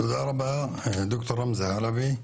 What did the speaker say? תודה רבה, ד"ר רמזי חלבי,